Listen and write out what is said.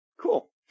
Cool